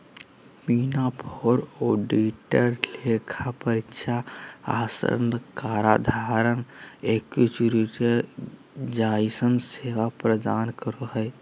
big four auditors लेखा परीक्षा आश्वाशन कराधान एक्चुरिअल जइसन सेवा प्रदान करो हय